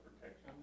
protection